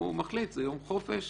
זה יום חופש,